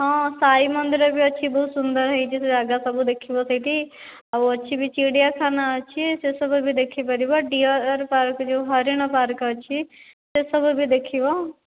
ହଁ ସାଇ ମନ୍ଦିର ବି ଅଛି ବହୁତ ସୁନ୍ଦର ହୋଇଛି ସେ ଯାଗା ସବୁ ଅଛି ଦେଖିବ ସେହିଠି ଆଉ ଅଛି ବି ଚିଡ଼ିଆଖାନା ଅଛି ସେ ସବୁ ବି ଦେଖିପାରିବ ଡିଅର୍ ପାର୍କ ଯେଉଁ ହରିଣ ପାର୍କ ବି ଅଛି ସେସବୁ ଦେଖିବ